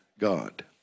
God